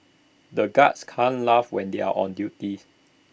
the guards can't laugh when they are on duty